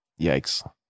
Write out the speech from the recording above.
Yikes